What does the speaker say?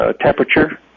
temperature